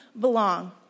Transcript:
belong